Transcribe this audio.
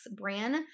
brand